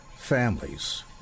families